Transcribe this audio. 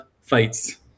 fights